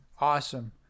Awesome